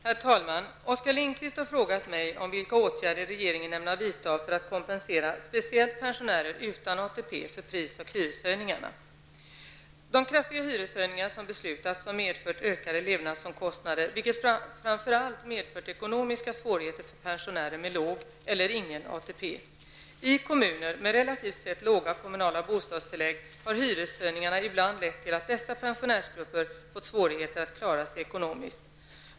Herr talman! Oskar Lindkvist har frågat mig om vilka åtgärder regeringen ämnar vidta för att kompensera speciellt pensionärer utan ATP för pris och hyreshöjningarna. De kraftiga hyreshöjningar som beslutats har medfört ökade levnadsomkostnader vilket framför allt medfört ekonomiska svårigheter för pensionärer med låg eller ingen ATP. I kommuner med relativt sett låga kommunala bostadstillägg har hyreshöjningarna ibland lett till att dessa pensionärsgrupper fått svårigheter att klara sig ekonomiskt.